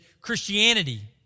Christianity